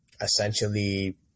essentially